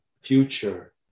future